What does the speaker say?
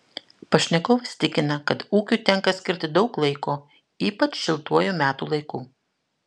pašnekovas tikina kad ūkiui tenka skirti daug laiko ypač šiltuoju metų laiku